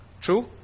True